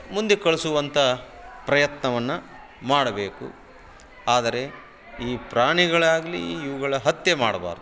ಮುಂದೆ ಕಳಿಸುವಂಥ ಪ್ರಯತ್ನವನ್ನು ಮಾಡಬೇಕು ಆದರೆ ಈ ಪ್ರಾಣಿಗಳಾಗಲಿ ಇವುಗಳ ಹತ್ಯೆ ಮಾಡಬಾರ್ದು